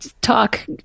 talk